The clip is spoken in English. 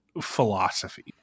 philosophy